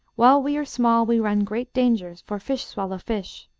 while we are small we run great dangers, for fish swallow fish.